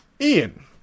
ian